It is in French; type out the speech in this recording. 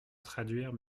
traduire